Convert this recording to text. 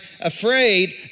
afraid